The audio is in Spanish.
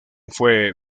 fue